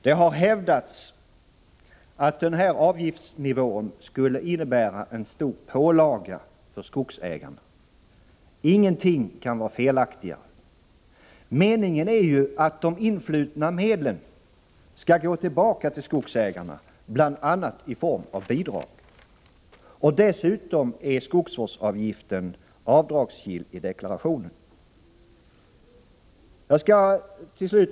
Det har hävdats att denna avgiftsnivå skulle innebära en stor pålaga för skogsägarna. Ingenting kan vara felaktigare. Meningen är ju att de influtna medlen skall gå tillbaka till skogsägarna, bl.a. i form av bidrag. Dessutom är skogsvårdsavgiften avdragsgill i deklarationen. Herr talman!